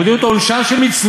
ומודיעין אותו עונשן של מצוות,